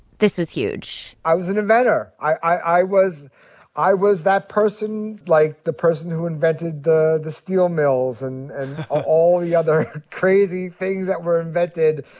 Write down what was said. this was huge i was an inventor. i was i was that person, like the person who invented the the steel mills and and all the other crazy things that were invented.